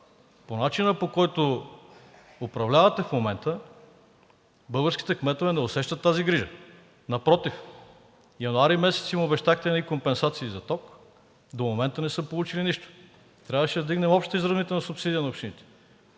По начина, по който управлявате в момента, българските кметове не усещат тази грижа. Напротив, месец януари им обещахте едни компенсации за ток, до момента не са получили нищо. Трябваше да вдигнем общата изравнителна субсидия на общините,